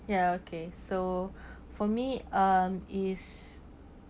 ya okay so for me um is